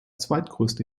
zweitgrößte